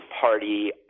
party